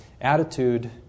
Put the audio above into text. attitude